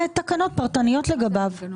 מה זה המנגנון?